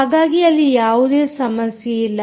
ಹಾಗಾಗಿ ಅಲ್ಲಿ ಯಾವುದೇ ಸಮಸ್ಯೆಯಿಲ್ಲ